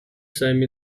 sami